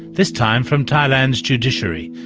this time from thailand's judiciary.